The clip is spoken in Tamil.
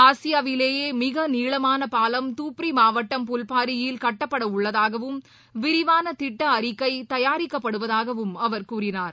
ஆசியாவிலேயேமிகநீளமானபாலம் தூப்ரிமாவட்டம் புல்பாரியில் கட்டப்படவுள்ளதாகவும் விரிவானதிட்டஅறிக்கைதயாரிக்கப் படுவதாகவும் அவர் கூறினார்